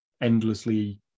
endlessly